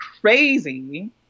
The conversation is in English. crazy